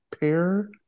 pair